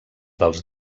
dels